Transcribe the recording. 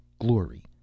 glory